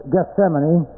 Gethsemane